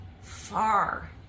far